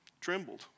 Trembled